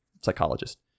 psychologist